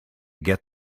get